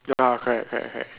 ya correct correct correct